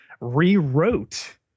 rewrote